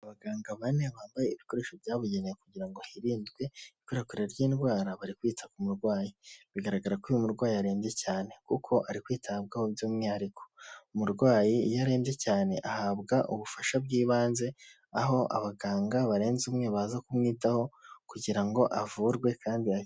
Abaganga bane bambaye ibikoresho byabugenewe kugira ngo hirindwe ikwirakwira ry'indwara bari kwita ku murwayi, bigaragara ko uyu murwayi arembye cyane, kuko ari kwitabwaho by'umwihariko, umurwayi iyo arembye cyane ahabwa ubufasha bw'ibanze, aho abaganga barenze umwe baza kumwitaho, kugira ngo avurwe kandi akire.